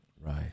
Right